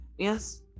yes